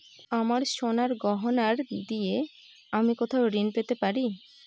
আমার সোনার গয়নার দিয়ে আমি কোথায় ঋণ পেতে পারি?